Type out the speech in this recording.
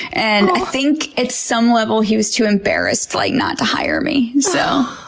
and i think at some level he was too embarrassed like not to hire me. so